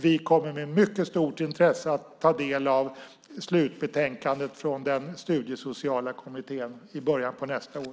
Vi kommer att med mycket stort intresse ta del av slutbetänkandet från Studiesociala kommittén i början på nästa år.